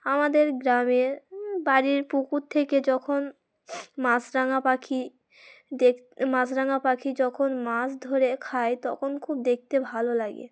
আমাদের গ্রামের বাড়ির পুকুর থেকে যখন মাছরাাঙা পাখি দেখ মাছরাঙা পাখি যখন মাছ ধরে খায় তখন খুব দেখতে ভালো লাগে